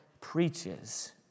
preaches